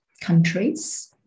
countries